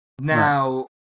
Now